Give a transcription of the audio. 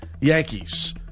Yankees